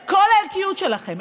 את כל הערכיות שלכם,